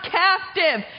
captive